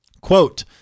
Quote